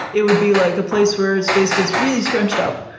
it would be like a place where space gets really scrunched up.